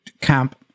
camp